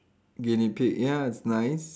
guinea pig ya it's nice